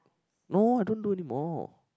no I don't do anymore